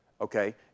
Okay